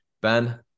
Ben